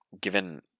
given